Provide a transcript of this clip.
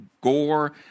gore